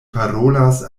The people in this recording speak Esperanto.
parolas